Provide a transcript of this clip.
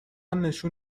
نشون